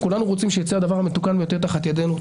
כולנו רוצים שיצא הדבר המתוקן ביותר תחת ידנו.